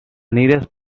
nearest